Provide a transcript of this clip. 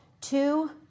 two